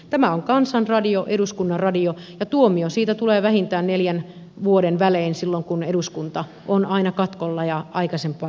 tämä on kansan radio eduskunnan radio ja tuomio siitä tulee vähintään neljän vuoden välein silloin kun eduskunta on aina katkolla ja aikaisempaa työtä arvioidaan